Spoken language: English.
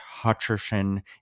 Hutcherson